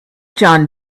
john